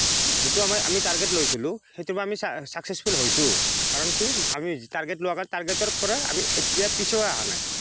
যিটো আমাৰ আমি টাৰ্গেত লৈছিলোঁ সেইটোৰ পৰা আমি ছাক্সেছফুল হৈছোঁ কাৰণ কি আমি যি টাৰ্গেত লোৱাৰ টাৰ্গেতৰ পৰা আমি এতিয়া পিছুৱাই অহা নাই